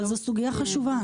אבל זו סוגיה חשובה.